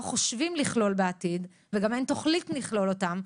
חושבים לכלול בעתיד וגם אין תוכנית לכלול אותם,